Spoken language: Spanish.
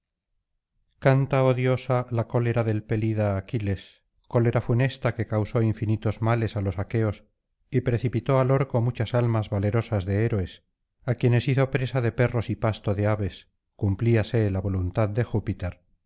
canta oh diosa la cólera del pelida aquiles cólera funesta que causó infinitos males á los aqueos y precipitó al orco muchas almas valerosas de héroes á quienes hizo presa de perros y pasto de aves cumplíase la voluntad de júpiter